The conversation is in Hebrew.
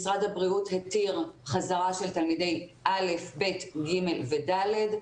הבריאות התיר חזרה של תלמידי א', ב', ג' ו-ד'.